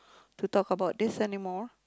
to talk about this anymore